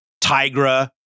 Tigra